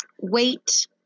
weight